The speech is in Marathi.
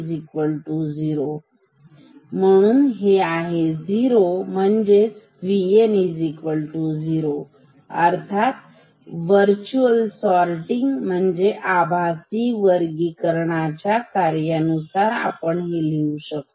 V 2 0 म्हणून हे ही zero V N 0 virtual sorting म्हणजे आभासी वर्गीकरणाच्या कार्यानुसार हे आपण आधी पाहिले आहे